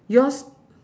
yours